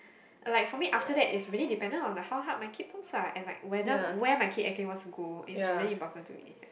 like for me after that it's really dependent on like how hard my kids works lah and like whether where my kid wants to go is really important to me